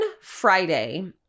Friday